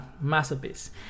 masterpiece